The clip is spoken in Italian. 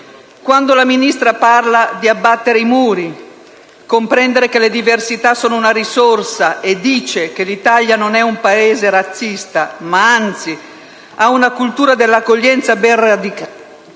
Quando la Ministra parla di abbattere i muri, di comprendere che le diversità sono una risorsa e dice che l'Italia non è un Paese razzista, ma, anzi, ha una cultura dell'accoglienza ben radicata,